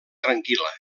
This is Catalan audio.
tranquil·la